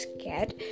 scared